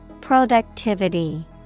Productivity